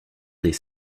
des